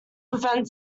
prevent